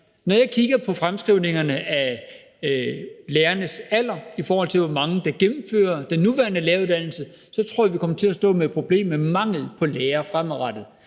Når jeg kigger på fremskrivningerne af lærernes alder, i forhold til hvor mange der gennemfører den nuværende læreruddannelse, så tror jeg, vi kommer til at stå med et problem med mangel på lærere fremadrettet.